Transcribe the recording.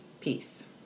Peace